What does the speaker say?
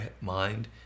mind